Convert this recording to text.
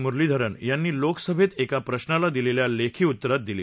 मुरलीधरन यांनी लोकसभेत एका प्रशाला दिलेल्या लेखी उत्तरात दिली